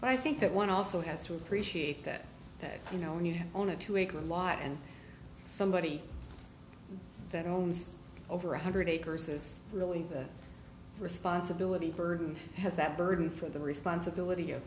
but i think that one also has to appreciate that you know when you own a two acre lot and somebody that owns over one hundred acres is really the responsibility burden has that burden for the responsibility of